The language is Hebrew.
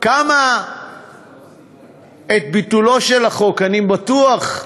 את ביטולו של החוק, אני בטוח,